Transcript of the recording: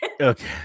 Okay